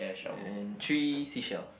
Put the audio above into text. and three seashells